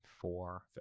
Four